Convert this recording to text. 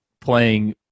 playing